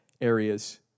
areas